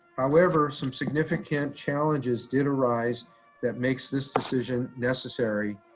however, some significant challenges did arise that makes this decision necessary.